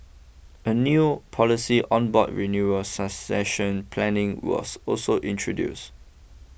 a new policy on board renewal succession planning was also introduced